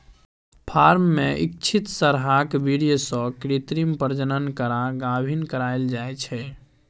firm मे इच्छित सरहाक बीर्य सँ कृत्रिम प्रजनन करा गाभिन कराएल जाइ छै